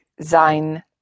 sein